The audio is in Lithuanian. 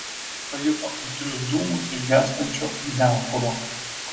pajuto aitrius dūmus iš gęstančio ugniakuro